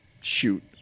shoot